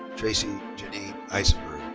tracy janine eisenberg.